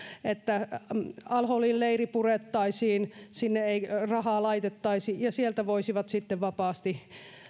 että al holin leiri purettaisiin sinne ei rahaa laitettaisi ja sieltä voisivat sitten vapaasti